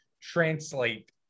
translate